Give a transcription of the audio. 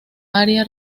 área